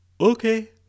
Okay